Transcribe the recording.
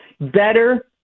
better